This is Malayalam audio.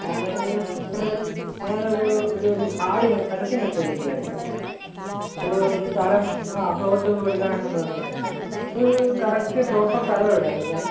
ഞാൻ ഒരു പറയൂ ഞാൻ ഒരു ഒരു ആഡ് പരസ്യം കണ്ട് വിളിക്കുകയായിരുന്നേ ഒരു സ്ഥലം ആ പ്ലോട്ട് കൊടുക്കാൻ ഉണ്ടെന്ന് പറഞ്ഞ് ഇത് കറക്റ്റ് പ്രോപ്പർ സ്ഥലം എവിടെ ആയിരുന്നു സാറെ